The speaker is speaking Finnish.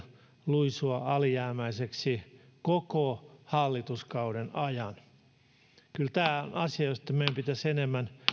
luisua alijäämäiseksi koko hallituskauden ajan kyllä tämä on asia josta meidän pitäisi enemmän